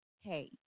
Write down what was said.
hey